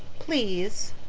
please.